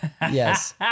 Yes